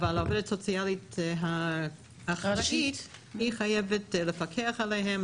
אבל העובדת סוציאלית האחראית חייבת לפקח עליהם,